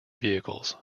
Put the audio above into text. vehicles